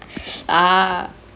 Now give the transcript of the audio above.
ah